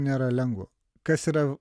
nėra lengva kas yra